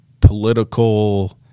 political